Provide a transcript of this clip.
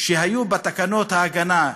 שהיו בתקנות ההגנה,